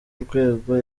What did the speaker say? rwego